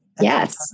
Yes